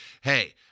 Hey